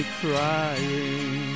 crying